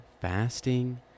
fasting